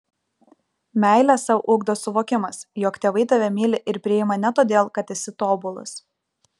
meilę sau ugdo suvokimas jog tėvai tave myli ir priima ne todėl kad esi tobulas